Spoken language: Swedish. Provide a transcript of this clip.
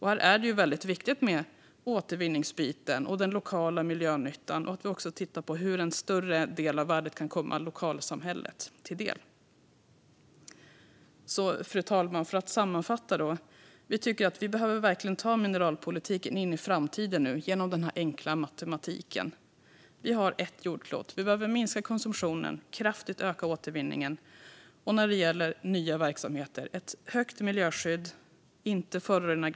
Här är det väldigt viktigt med återvinningen och den lokala miljönyttan och att vi också tittar på hur en större del av värdet kan komma lokalsamhället till del. Fru talman! Jag ska göra en sammanfattning. Vi tycker att vi verkligen behöver ta mineralpolitiken in i framtiden nu genom denna enkla matematik. Vi har bara ett jordklot. Vi behöver minska konsumtionen och kraftigt öka återvinningen. Och när det gäller nya verksamheter behövs ett stort miljöskydd. Grundvattnet ska inte förorenas.